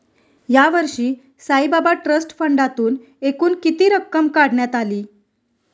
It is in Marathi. यावर्षी साईबाबा ट्रस्ट फंडातून एकूण किती रक्कम काढण्यात आली?